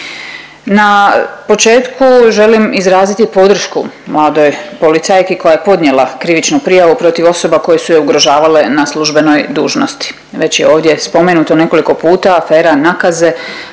Na početku želim izraziti podršku mladoj policajki koja je podnijela krivičnu prijavu protiv osoba koje su je ugrožavale na službenoj dužnosti. Već je ovdje spomenuto nekoliko puta afera Nakaze,